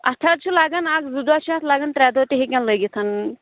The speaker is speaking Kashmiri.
اَتھ حظ چھُ لَگان اکھ زٕ دۄہ چھِ اَتھ لَگان ترٛےٚ دۄہ تہِ ہیٚکٮ۪ن لٔگِتھ